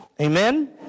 Amen